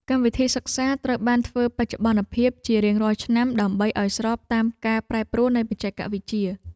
កម្មវិធីសិក្សាត្រូវបានធ្វើបច្ចុប្បន្នភាពជារៀងរាល់ឆ្នាំដើម្បីឱ្យស្របតាមការប្រែប្រួលនៃបច្ចេកវិទ្យា។